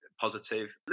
positive